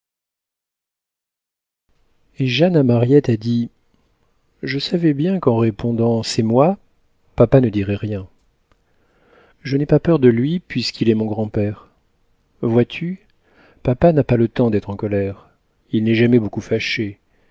et jeanne à mariette a dit je savais bien qu'en répondant c'est moi papa ne dirait rien je n'ai pas peur de lui puisqu'il est mon grand-père vois-tu papa n'a pas le temps d'être en colère il n'est jamais beaucoup fâché